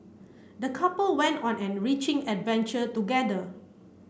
the couple went on an enriching adventure together